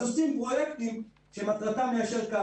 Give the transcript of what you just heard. אז עושים פרויקטים שמטרתם ליישר קו.